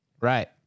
Right